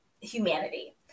humanity